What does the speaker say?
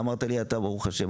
אתה אמרת לי: ברוך השם,